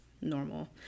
normal